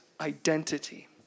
identity